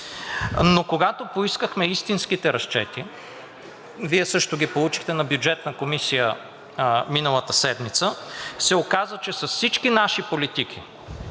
но когато поискахме истинските разчети – Вие също ги получихте на Бюджетната комисия миналата седмица, се оказа, че с всички наши политики